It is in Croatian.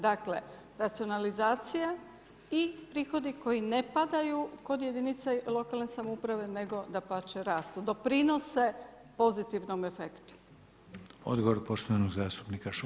Dakle, racionalizacije i prihodi koji ne padaju kod jedinice lokalne samouprave nego dapače rastu, doprinose pozitivnom efektu.